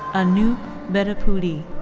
anoop bedapudi.